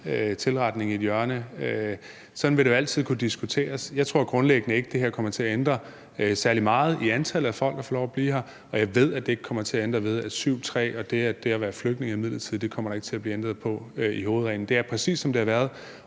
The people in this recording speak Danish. tilretning i et hjørne. Sådan vil det jo altid kunne diskuteres. Jeg tror grundlæggende ikke, at det her kommer til at ændre særlig meget i antallet af folk, der får lov at blive her, og jeg ved, at det ikke kommer til at ændre § 7, stk. 3, og at det at være flygtning er midlertidigt. Det kommer der ikke til at blive ændret på i hovedreglen. Det er præcis, som det har været,